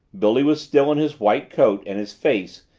billy was still in his white coat and his face,